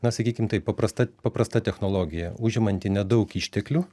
na sakykim taip paprasta paprasta technologija užimanti nedaug išteklių